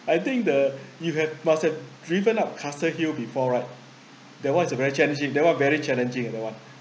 I think the you have must have driven up caster hill before right that one is a very challenging that one very challenging uh that one